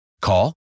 Call